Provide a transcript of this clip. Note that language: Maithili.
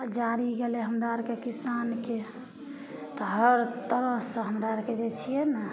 आओर जारी गेलय हमरा अरके किसानके तऽ हर तरहसँ हमरा अरके जे छियै नहि